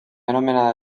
anomenada